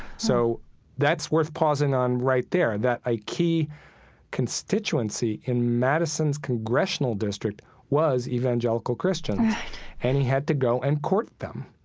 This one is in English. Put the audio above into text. so that's worth pausing on right there, that a key constituency in madison's congressional district was evangelical christians right and he had to go and court them.